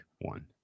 one